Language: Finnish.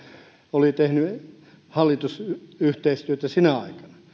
oli tehnyt hallitusyhteistyötä sinä aikana